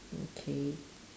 okay